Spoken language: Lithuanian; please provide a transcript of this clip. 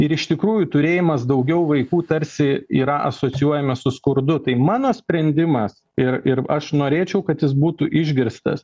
ir iš tikrųjų turėjimas daugiau vaikų tarsi yra asocijuojamas su skurdu tai mano sprendimas ir ir aš norėčiau kad jis būtų išgirstas